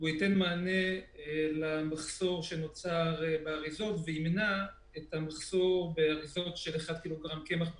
הוא ייתן מענה למחסור שנוצר באריזות של קילוגרם קמח בשווקים.